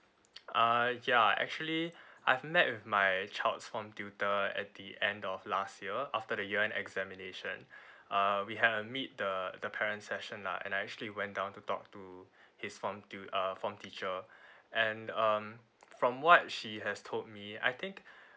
uh ya actually I've met with my child's form tutor at the end of last year after the year end examination uh we had a meet the the parent session lah and I actually went down to talk to his form tu~ uh form teacher and um from what she has told me I think